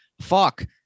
Fuck